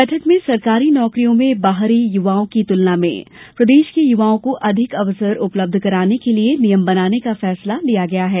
बैठक में सरकारी नौकरियों में बाहरी युवाओं की तुलना में प्रदेश के युवाओं को अधिक अवसर उपलब्ध कराने के लिये नियम बनाने का फैसला लिया है